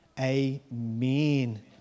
amen